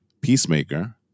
peacemaker